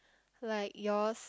like yours